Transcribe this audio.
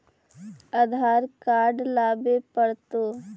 आधार card लाबे पड़तै?